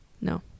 No